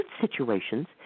situations